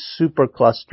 supercluster